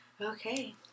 Okay